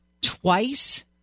twice